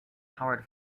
howard